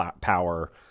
power